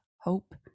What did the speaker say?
hope